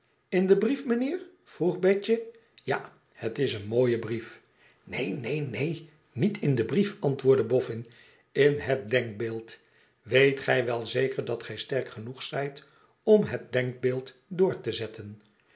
in den brief mijnheer vroeg betje ja het is een mooie brief neen neen neen niet in den brief antwoordde boffin in het denkbeeld weet gij wel zeker dat gij sterk genoeg zijt om het denkbeeld door te zetten